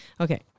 Okay